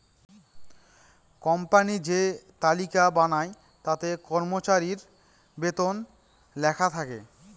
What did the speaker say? company যে তালিকা বানায় তাতে কর্মচারীর বেতন লেখা থাকে